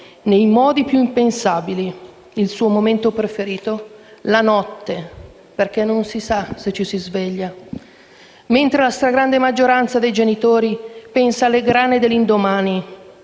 nei modi più impensabili: il suo momento preferito è la notte, perché non si sa se ci si sveglierà. Mentre la stragrande maggioranza dei genitori pensa alle grane dell'indomani,